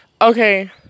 okay